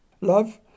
Love